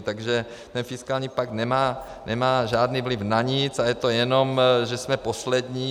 Takže ten fiskální pakt nemá žádný vliv na nic a je to jenom, že jsme poslední.